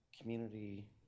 community